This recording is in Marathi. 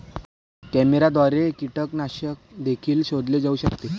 कॅमेऱ्याद्वारे कीटकनाशक देखील शोधले जाऊ शकते